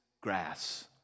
grass